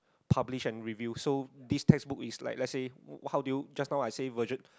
publish and reviews so this textbook is like let's say how do you just now I say version